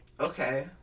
Okay